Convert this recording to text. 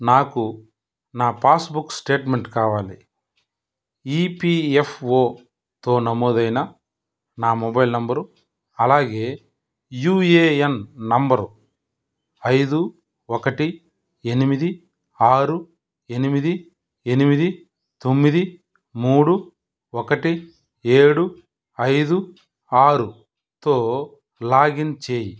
నాకు నా passbook statement కావాలి ఈపీఎఫ్ఓతో నమోదైన నా మొబైల్ నంబరు అలాగే యూఏఎన్ నంబరు ఐదు ఒకటి ఎనిమిది ఆరు ఎనిమిది ఎనిమిది తొమ్మిది మూడు ఒకటి ఏడు ఐదు ఆరుతో లాగిన్ చెయ్